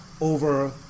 over